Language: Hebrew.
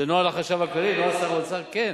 זה נוהל החשב הכללי, נוהל שר האוצר, כן.